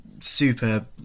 super